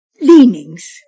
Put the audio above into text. leanings